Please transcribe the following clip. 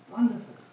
Wonderful